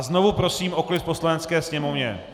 Znovu prosím o klid v Poslanecké sněmovně.